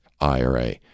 IRA